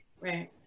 right